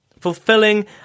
fulfilling